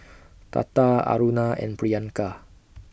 Tata Aruna and Priyanka